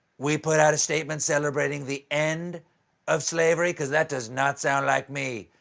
we put out a statement celebrating the end of slavery? cause that does not sound like me.